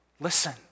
Listen